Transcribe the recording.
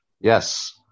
Yes